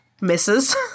misses